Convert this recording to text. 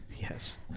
Yes